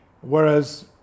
Whereas